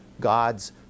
God's